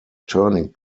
turning